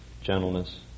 gentleness